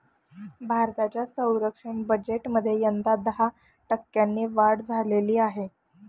भारताच्या संरक्षण बजेटमध्ये यंदा दहा टक्क्यांनी वाढ झालेली आहे